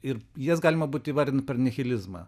ir jas galima būt įvardint per nihilizmą